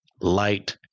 light